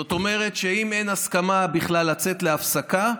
זאת אומרת שאם אין הסכמה בכלל לצאת להפסקה,